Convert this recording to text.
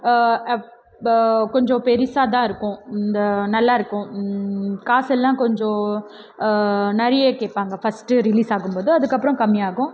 கொஞ்சம் பெரிசாக தான் இருக்கும் இந்த நல்லாயிருக்கும் காசெல்லாம் கொஞ்சம் நிறைய கேட்பாங்க ஃபஸ்ட்டு ரிலீஸ் ஆகும்போது அதுக்கப்புறம் கம்மியாகும்